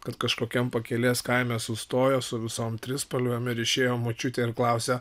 kad kažkokiam pakelės kaime sustojo su visom trispalvėm ir išėjo močiutė ir klausia